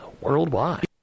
worldwide